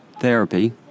therapy